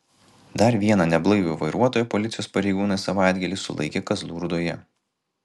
dar vieną neblaivų vairuotoją policijos pareigūnai savaitgalį sulaikė kazlų rūdoje